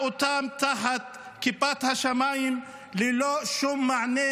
אותם תחת כיפת השמיים ללא שום מענה,